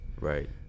right